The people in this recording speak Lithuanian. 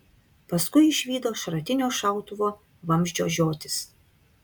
paskui išvydo šratinio šautuvo vamzdžio žiotis